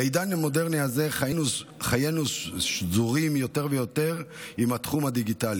בעידן המודרני הזה חיינו שזורים יותר ויותר בתחום הדיגיטלי.